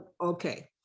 Okay